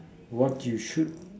what you should